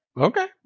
Okay